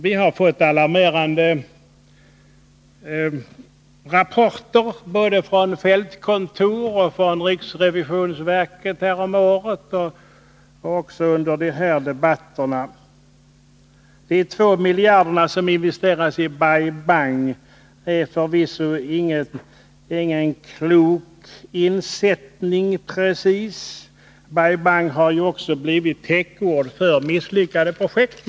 Vi har fått alarmerande rapporter från fältkontor och häromåret från riksrevisionsverket. Det har också kommit fram under riksdagsdebatterna. De 2 miljarder som investerats i Bai Bang i Vietnam är förvisso ingen klok insättning precis. Bai Bang har också blivit ett täckord för misslyckade projekt.